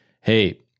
hey